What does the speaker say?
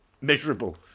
miserable